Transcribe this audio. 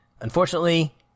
Unfortunately